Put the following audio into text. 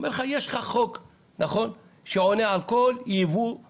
יש לך חוק שעונה על ייבוא כל